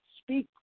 speak